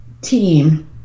team